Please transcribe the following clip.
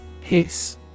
Hiss